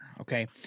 okay